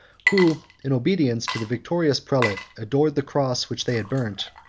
who, in obedience to the victorious prelate, adored the cross which they had burnt,